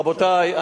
רבותי,